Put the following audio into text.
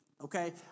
Okay